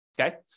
okay